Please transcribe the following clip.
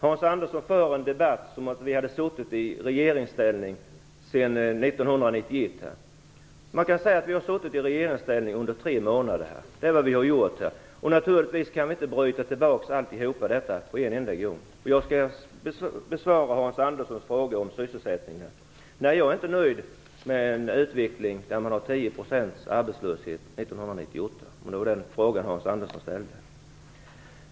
Hans Andersson för en debatt som om Socialdemokraterna hade suttit i regeringsställning sedan 1991. Man kan säga att vi har suttit i regeringsställning under tre månader. Det är vad vi har gjort. Naturligtvis kan vi inte bryta tillbaks allting på en enda gång. Jag skall besvara Hans Anderssons fråga om sysselsättningen. Nej, jag är inte nöjd med en utveckling som leder till 10 % arbetslöshet 1998. Det var den frågan Hans Andersson ställde.